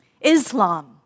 Islam